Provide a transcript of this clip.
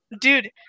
Dude